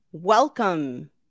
Welcome